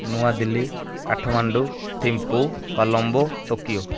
New Delhi Kathmandu Thimphu Colombo Tokyo